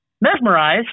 mesmerized